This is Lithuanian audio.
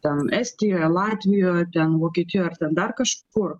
ten estijoje latvijoje ten vokietijoj ar dar kažkur